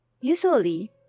Usually